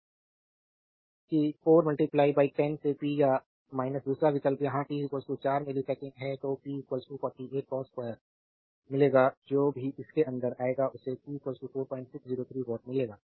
reference slide time 3738 कि 4 10 से p या दूसरा विकल्प यहाँ t 4 मिलीसेकंड है तो p 48 cos2 मिलेगा जो भी इसके अंदर आएगा उसे p 4603 वाट मिलेगा